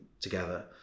together